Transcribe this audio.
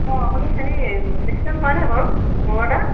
অঁ আপুনি হেৰি ইলেক্ট্ৰিচিয়ান হয়নে বাৰু বৰুৱাদা